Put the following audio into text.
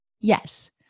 Yes